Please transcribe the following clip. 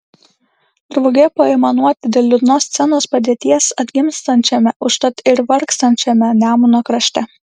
drauge paaimanuoti dėl liūdnos scenos padėties atgimstančiame užtat ir vargstančiame nemuno krašte